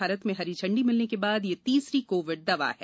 भारत में हरी झंडी मिलने के बाद यह तीसरी कोविड दवा है